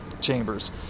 chambers